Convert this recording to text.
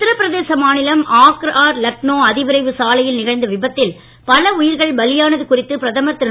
உத்தரப்பிரதேச மாநிலம் ஆக்ரா லக்னோ அதிவிரைவு சாலையில் நிகழ்ந்த விபத்தில் பல உயிர்கள் பலியானது குறித்து பிரதமர் திரு